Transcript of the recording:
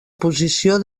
posició